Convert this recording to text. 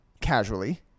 casually